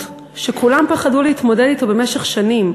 שכולם פחדו להתמודד אתו במשך שנים.